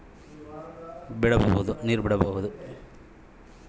Sprinkler ನಿಂದ ಮೆಣಸಿನಕಾಯಿ ಗಿಡಕ್ಕೆ ನೇರು ಬಿಡಬಹುದೆ?